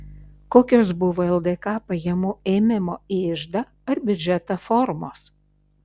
kokios buvo ldk pajamų ėmimo į iždą ar biudžetą formos